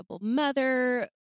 mother